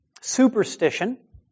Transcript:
superstition